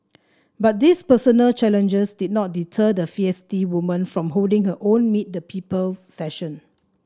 but these personal challenges did not deter the feisty woman from holding her own Meet the People session